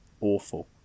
awful